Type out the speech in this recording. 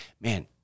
man